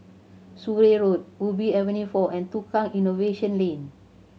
Surrey Road Ubi Avenue Four and Tukang Innovation Lane